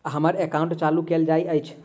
हम्मर एकाउंट चालू केल नहि अछि?